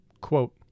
Quote